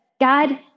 God